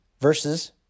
verses